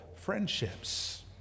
Friendships